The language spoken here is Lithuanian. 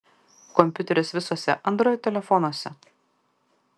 kompiuteris visuose android telefonuose